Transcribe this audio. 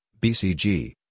BCG